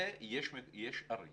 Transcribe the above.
יש ערים